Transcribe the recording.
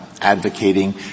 Advocating